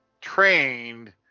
trained